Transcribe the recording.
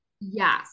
yes